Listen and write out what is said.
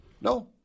No